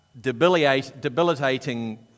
debilitating